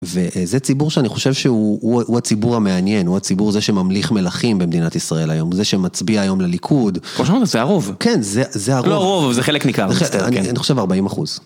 וזה ציבור שאני חושב שהוא הציבור המעניין, הוא הציבור זה שממליך מלכים במדינת ישראל היום, זה שמצביע היום לליכוד. כמו שאמרת זה הרוב. כן, זה הרוב. לא הרוב, זה חלק ניכר. אני חושב 40 אחוז.